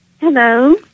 Hello